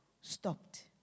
stopped